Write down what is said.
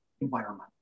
environment